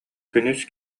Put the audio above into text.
күнүс